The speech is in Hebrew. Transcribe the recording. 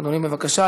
אדוני, בבקשה.